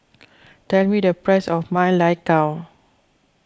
tell me the price of Ma Lai Gao